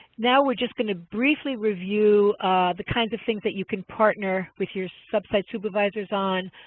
now we're just going to briefly review the kinds of things that you can partner with your sub-site supervisors on.